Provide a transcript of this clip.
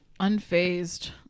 unfazed